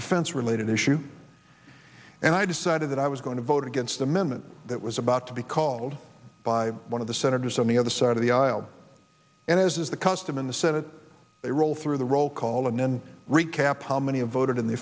defense related issue and i decided that i was going to vote against the amendment that was about to be called by one of the senators on the other side of the aisle and as is the custom in the senate they roll through the roll call and then recap how many of voted in the